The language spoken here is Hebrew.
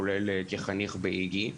כולל כחניך באיג"י,